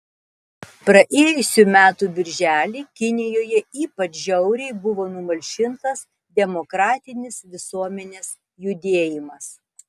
praėjusių metų birželį kinijoje ypač žiauriai buvo numalšintas demokratinis visuomenės judėjimas